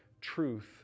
truth